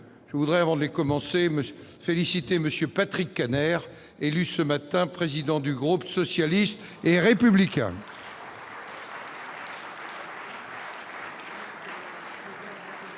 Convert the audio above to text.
je voudrais, en préambule, féliciter M. Patrick Kanner, élu ce matin président du groupe socialiste et républicain.